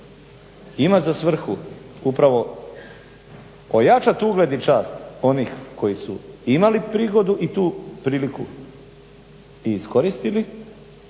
ima za svrhu upravo ojačat ugled i čast onih koji su imali prigodu i tu priliku i iskoristili,